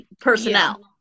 personnel